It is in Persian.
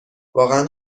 واقعا